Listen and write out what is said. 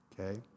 okay